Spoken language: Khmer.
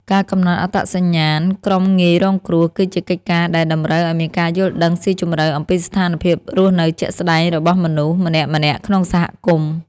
ការកំណត់អត្តសញ្ញាណក្រុមងាយរងគ្រោះ គឺជាកិច្ចការដែលតម្រូវឱ្យមានការយល់ដឹងស៊ីជម្រៅអំពីស្ថានភាពរស់នៅជាក់ស្តែងរបស់មនុស្សម្នាក់ៗក្នុងសហគមន៍។